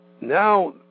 now